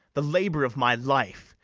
the labour of my life,